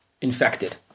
infected